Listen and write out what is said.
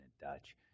Dutch